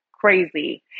crazy